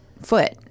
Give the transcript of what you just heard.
foot